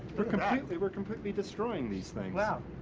we're completely, we're completely destroying these things. yeah